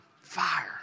Fire